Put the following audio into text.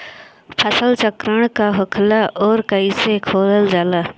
फसल चक्रण का होखेला और कईसे कईल जाला?